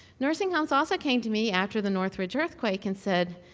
nursing homes also came to me after the northridge earthquake and said,